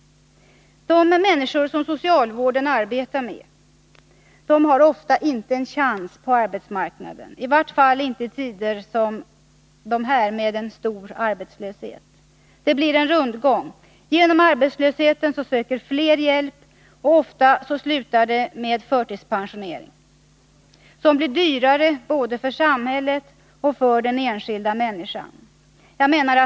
De människor som socialvården arbetar med har ofta inte en chans på arbetsmarknaden, i vart fall inte i tider som de nuvarande, med stor arbetslöshet. Det blir en rundgång. På grund av arbetslösheten söker flera hjälp, och ofta slutar det med förtidspensionering — som blir dyrare både för samhället och för den enskilda människan.